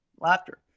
laughter